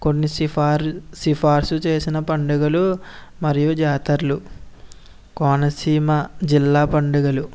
కొన్ని సిఫారు సిఫార్సు చేసిన పండుగలు మరియు జాతరలు కోనసీమ జిల్లా పండుగలు